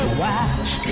watch